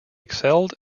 excelled